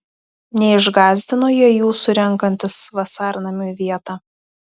neišgąsdino jie jūsų renkantis vasarnamiui vietą